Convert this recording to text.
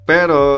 Pero